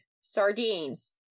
sardines